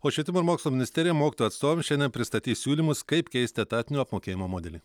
o švietimo ir mokslo ministerija mokytojų atstovam šiandien pristatys siūlymus kaip keisti etatinio apmokėjimo modelį